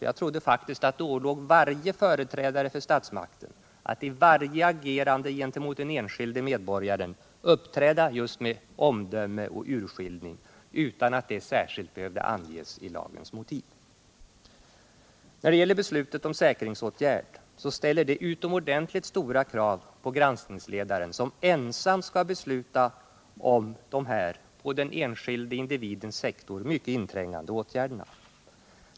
Jag trodde faktiskt att det ålåg varje företrädare för statsmakterna att i varje agerande gentemot den enskilde medborgaren uppträda just med omdöme och urskillning, utan att detta särskilt behövde anges i lagens motiv. Beslutet om säkringsåtgärder ställer utomordentligt stora krav på granskningsledaren, som ensam skall besluta om dessa på den enskilde individens sektor mycket inträngande åtgärder.